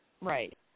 right